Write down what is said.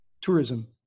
tourism